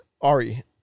Ari